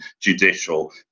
judicial